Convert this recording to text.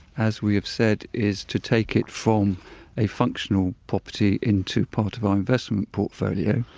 as we have said, is to take it from a functional property into part of our investment portfolio.